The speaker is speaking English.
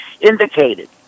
indicated